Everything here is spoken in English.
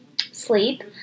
sleep